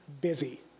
busy